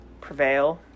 prevail